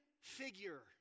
figure